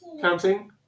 Counting